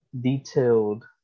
detailed